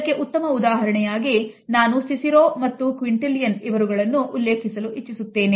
ಇದಕ್ಕೆ ಉತ್ತಮ ಉದಾಹರಣೆಯಾಗಿ ನಾನು ಸಿಸಿರೋ ಮತ್ತು ಕ್ವಿಂಟಿಲ್ಲಿಯನ್ ರವರುಗಳನ್ನು ಉಲ್ಲೇಖಿಸಲು ಇಚ್ಚಿಸುತ್ತೇನೆ